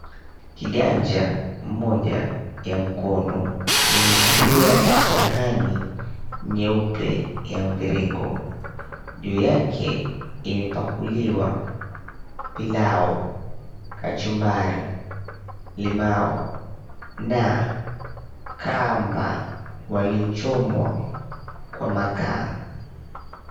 Kiganja moja ya mkono imeshikilia sahani nyeupe ya mviringo. Juu yake imepakuliwa pilau, kachumbari, limau na kamba waliochomwa kwa makaa.